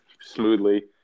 smoothly